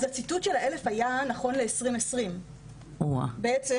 אז הציטוט של ה-1,000 היה נכון לשנת 2020. בעצם